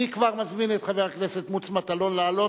אני כבר מזמין את חבר הכנסת מוץ מטלון לעלות.